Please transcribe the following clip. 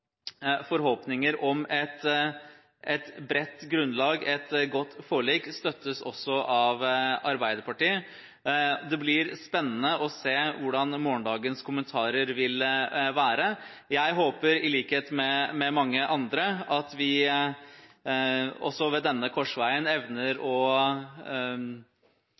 forhåpninger om et bredt grunnlag, et godt forlik, støttes også av Arbeiderpartiet. Det blir spennende å se hvordan morgendagens kommentarer vil være. Jeg håper i likhet med mange andre at vi også ved denne korsvei evner å sette de store tingene først, og